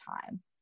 time